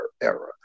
era